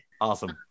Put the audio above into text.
Awesome